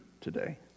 today